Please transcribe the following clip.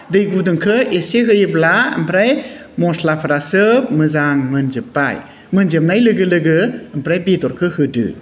दै गुदुंखौ एसे होयोब्ला ओमफ्राय मस्लाफोरा सोब मोजां मोनजोबबाय मोनजोबनाय लोगो लोगो ओमफ्राय बेदरखौ होदो